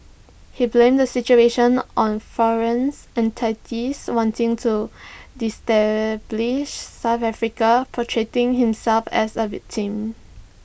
he blamed the situation on foreign entities wanting to destabilise south Africa portraying himself as A victim